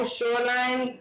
Shoreline